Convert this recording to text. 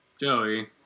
joey